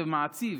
זה מעציב.